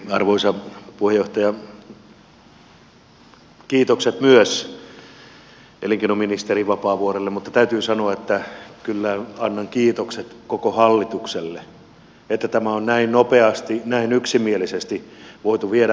kiitokset myös elinkeinoministeri vapaavuorelle mutta täytyy sanoa että kyllä annan kiitokset koko hallitukselle siitä että tämä on näin nopeasti ja näin yksimielisesti voitu viedä maaliin